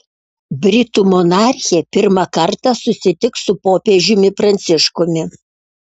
britų monarchė pirmą kartą susitiks su popiežiumi pranciškumi